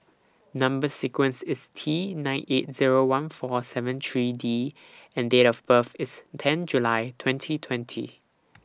Number sequence IS T nine eight Zero one four seven three D and Date of birth IS ten July twenty twenty